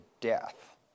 death